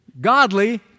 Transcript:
godly